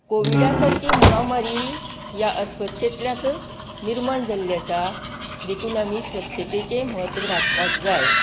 कोविडा सारकी महामारी ह्या अस्वच्छेतल्यातूच निर्माण जाल्ली आसा देखून आमी स्वच्छतेचें म्हत्व राखपाक जाय